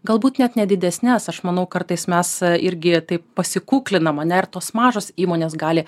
galbūt net nedidesnes aš manau kartais mes irgi taip pasikuklinam ane ir tos mažos įmonės gali